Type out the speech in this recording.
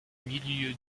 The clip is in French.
milieu